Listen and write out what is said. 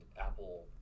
apple